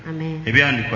Amen